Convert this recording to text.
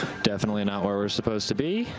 definitely not where we're supposed to be.